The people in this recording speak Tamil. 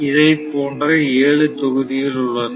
இதைப் போன்ற ஏழு தொகுதிகள் உள்ளன